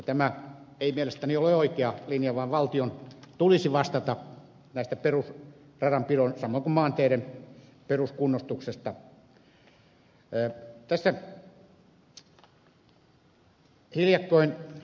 tämä ei mielestäni ole oikea linja vaan valtion tulisi vastata näistä perusradanpidon samoin kuin maanteiden peruskunnostuksesta